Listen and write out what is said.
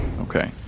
Okay